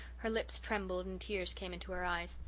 her lips trembled and tears came into her eyes.